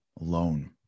alone